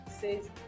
says